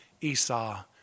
Esau